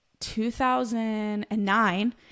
2009